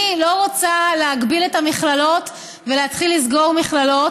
אני לא רוצה להגביל את המכללות ולהתחיל לסגור מכללות.